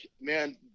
man